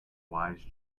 wise